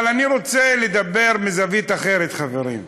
אבל אני רוצה לדבר מזווית אחרת, חברים,